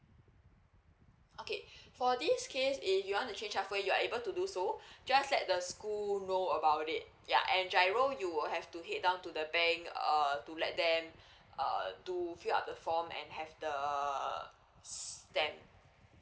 okay for this case if you want to change halfway you are able to do so just let the school know about it yeah and G_I_R_O you will have to head down to the bank err to let them err to fill up the form and have the err stamp